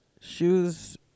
Shoes